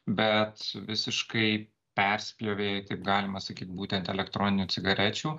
bet visiškai perspjovė taip galima sakyt būtent elektroninių cigarečių